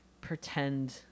pretend